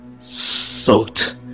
soaked